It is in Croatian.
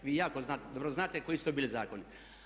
Vi jako dobro znate koji su to bili zakoni.